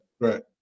right